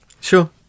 Sure